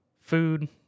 food